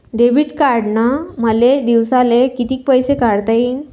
Debit कार्डनं मले दिवसाले कितीक पैसे काढता येईन?